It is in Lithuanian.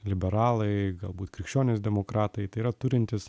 liberalai galbūt krikščionys demokratai tai yra turintys